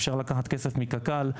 אפשר לקחת כסף מקק"ל,